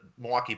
Milwaukee